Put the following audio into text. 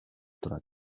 турат